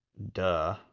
Duh